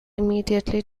immediately